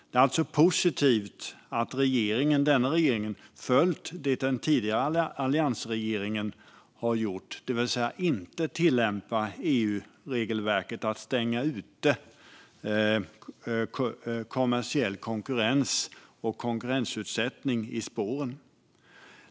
Det är alltså positivt att denna regering har följt det den tidigare alliansregeringen har gjort, det vill säga att inte tillämpa EU-regelverket att stänga ute kommersiell konkurrens och konkurrensutsättning i spåren.